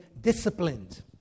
disciplined